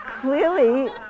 clearly